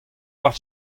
oar